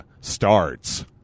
starts